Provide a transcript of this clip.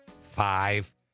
five